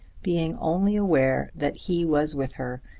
being only aware that he was with her,